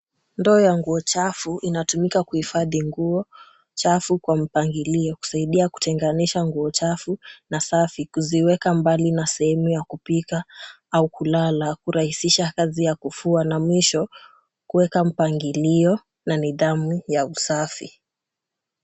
Ndoo ya nguo chafu inatumika kuhifadhi nguo chafu kwa mpangilio, kusaidia kutenganisha nguo chafu na safi kuziweka mbali na sehemu ya kupika au kulala, kurahisisha kazi ya kufua na mwisho kuweka mpangilio na nidhamu ya usafi.